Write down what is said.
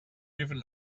even